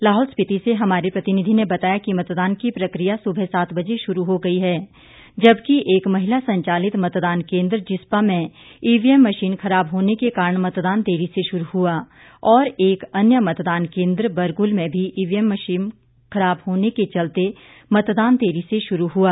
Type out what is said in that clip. लाहौल स्पिति से हमारे प्रतिनिधी ने बताया कि मतदान की प्रकिया सुबह सात बजे शुरू हो गई है जबकि एक महिला संचालित मतदान केद्र जिस्पा में ईवीएम मशीन खराब होने के कारण मतदान देरी से शुरू हुआ और एक अन्य मतदान केंद्र बरगुल में भी ईवीएम मशीन खराब होने के चलते मतदान देरी से श्रू हुआ